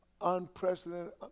unprecedented